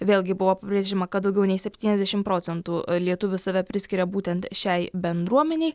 vėlgi buvo pabrėžiama kad daugiau nei septyniasdešimt procentų lietuvių save priskiria būtent šiai bendruomenei